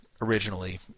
Originally